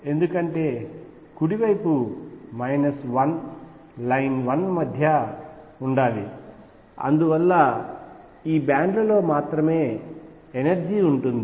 ఎందుకంటే కుడి వైపు మైనస్ 1 లైన్ 1 మధ్య ఉండాలి మరియు అందువల్ల ఈ బ్యాండ్ లలో మాత్రమే ఎనర్జీ ఉంటుంది